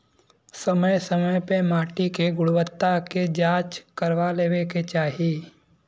समय समय पे माटी के गुणवत्ता के जाँच करवा लेवे के चाही